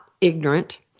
ignorant